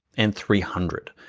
and three hundred.